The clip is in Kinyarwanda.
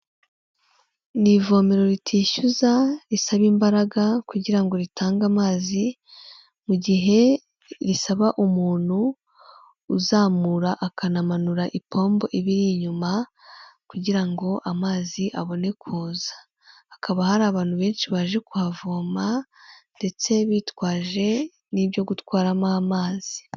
Ni ivomero ritishyuza risaba imbaraga kugira ngo ritange amazi mu gihe risaba umuntu uzamura akanamanura ipombo iba iri inyuma kugira ngo amazi abone kuza, hakaba hari abantu benshi baje kuhavoma ndetse bitwaje n'ibyo gutwaramo amazi.